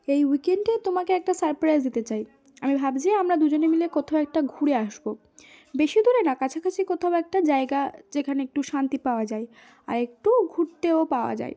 এই উইকেন্ডে তোমাকে একটা সারপ্রাইজ দিতে চাই আমি ভাবছি আমরা দুজনে মিলে কোথাও একটা ঘুরে আসব বেশি দূরে না কাছাকাছি কোথাও একটা জায়গা যেখানে একটু শান্তি পাওয়া যায় আর একটু ঘুরতেও পাওয়া যায়